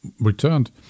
returned